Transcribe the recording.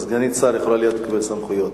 אז סגנית שר יכולה לקבל סמכויות.